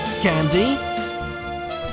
candy